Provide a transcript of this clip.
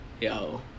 yo